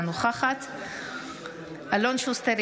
אינה נוכחת אלון שוסטר,